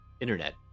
internet